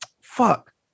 fuck